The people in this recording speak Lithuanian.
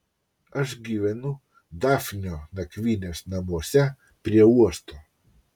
aš gyvenu dafnio nakvynės namuose prie uosto